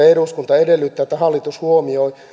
eduskunta edellyttää että hallitus huomioi